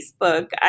Facebook